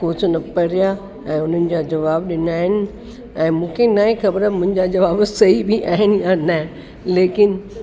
question पढ़िया ऐं उन्हनि जा जवाबु ॾिना आहिनि ऐं मूंखे न आहे ख़बर मुंहिंजा जवाबु सही बि आहिनि या न लेकिन